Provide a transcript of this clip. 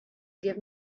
give